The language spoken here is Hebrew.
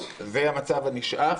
זה המצב הנשאף,